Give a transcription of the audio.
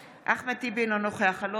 אינו נוכח אחמד טיבי,